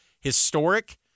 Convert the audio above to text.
historic